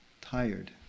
tired